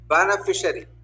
Beneficiary